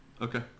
Okay